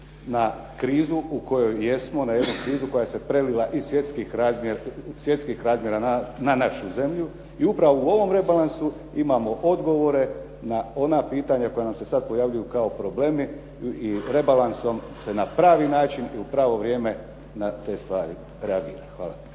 na krizu u kojoj jesmo, na jednu krizu koja se prelila iz svjetskih razmjera na našu zemlju i upravo u ovom rebalansu imamo odgovore na ona pitanja koja nam se sad pojavljuju kao problemi i rebalansom se na pravi način u pravo vrijeme na te stvari reagira. Hvala.